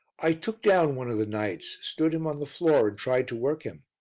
i took down one of the knights, stood him on the floor and tried to work him.